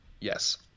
Yes